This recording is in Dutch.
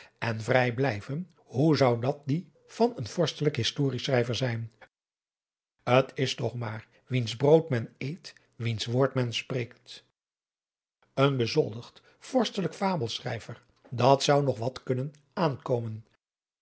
en vrij blijven en hoe zou dat die van een vorstelijk historieschrijver zijn t is toch maar wiens brood men eet wiens woord men spreekt een bezoldigd vorstelijk fabelschrijver dat zou nog wat kunnen aan